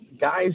guys